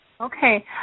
Okay